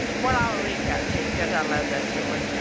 well, i'll retell it to you cause i love that story.